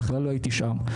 ובכלל לא הייתי שם,